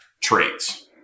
Traits